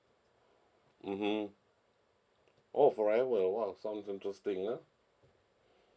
mmhmm oh forever !wow! sounds interesting ah